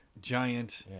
giant